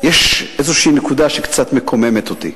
יש איזו נקודה שקצת מקוממת אותי,